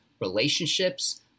relationships